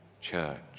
church